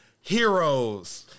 Heroes